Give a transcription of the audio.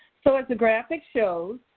so as the graphic shows,